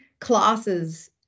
classes